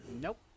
Nope